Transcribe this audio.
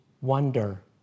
wonder